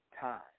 time